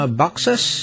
boxes